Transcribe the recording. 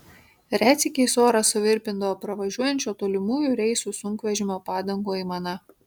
retsykiais orą suvirpindavo pravažiuojančio tolimųjų reisų sunkvežimio padangų aimana